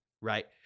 right